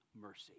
mercy